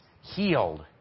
healed